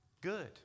good